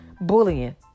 bullying